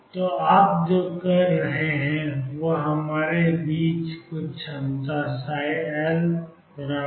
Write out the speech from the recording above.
तो आप जो करते हैं वह हमारे बीच में कुछ क्षमता है L0 00